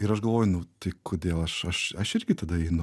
ir aš galvoju nu tai kodėl aš aš aš irgi tada einu